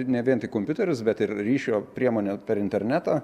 ne vien tik kompiuteris bet ir ryšio priemonė per internetą